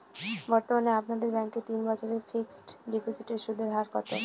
বর্তমানে আপনাদের ব্যাঙ্কে তিন বছরের ফিক্সট ডিপোজিটের সুদের হার কত?